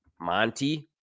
Monty